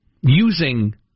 using